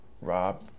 rob